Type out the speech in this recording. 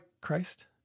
Christ